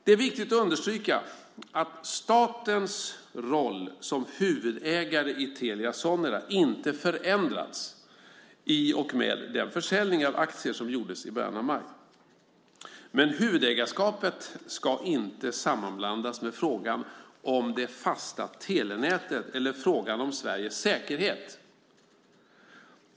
Det är viktigt att understryka att statens roll som huvudägare i Telia Sonera inte har förändrats i och med den försäljning av aktier som gjordes i början av maj. Men huvudägarskapet ska inte sammanblandas med frågan om det fasta telenätet eller frågan om Sveriges säkerhet.